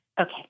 Okay